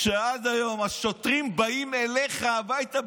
שעד היום השוטרים באים אליך הביתה,